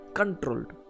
controlled